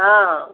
ହଁ